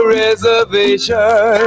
reservation